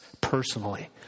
personally